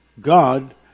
God